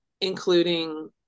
including